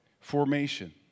Formation